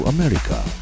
America